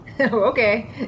Okay